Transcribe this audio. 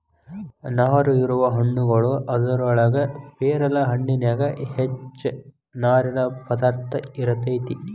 ನಾರು ಇರುವ ಹಣ್ಣುಗಳು ಅದರೊಳಗ ಪೇರಲ ಹಣ್ಣಿನ್ಯಾಗ ಹೆಚ್ಚ ನಾರಿನ ಪದಾರ್ಥ ಇರತೆತಿ